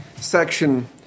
section